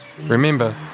Remember